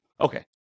Okay